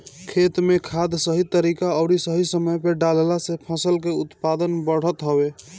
खेत में खाद सही तरीका अउरी सही समय पे डालला से फसल के उत्पादन बढ़त हवे